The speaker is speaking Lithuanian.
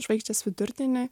žvaigždės vidurdienį